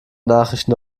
nachrichten